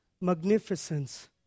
magnificence